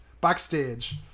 backstage